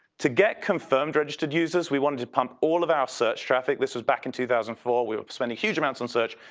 to get confirmed registered users we wanted to pump all of our search traffic, this was back in two thousand and four we were spending huge amounts on search.